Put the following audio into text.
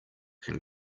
can